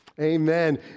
amen